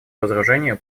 разоружению